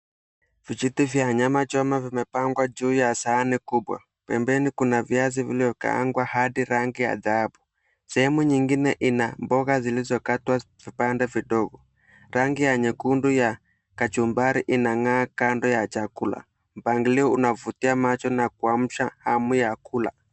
Vijiti vya nyama choma vimepangwa juu ya sahani kubwa. Pembeni kuna viazi vilivyokaangwa hadi rangi ya dhahabu. Sehemu nyingine ina mboga zilizokatwa vipande vidogo. Rangi ya nyekundu ya kachumbari inang'aa kando ya chakula. Mpangilio unavutia macho na kuamsha hamu ya kula.